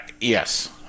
Yes